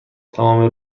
تمام